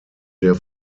der